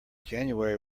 january